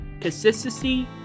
consistency